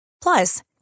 Plus